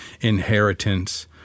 inheritance